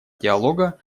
диалога